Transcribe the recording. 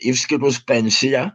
išskyrus pensiją